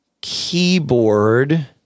Keyboard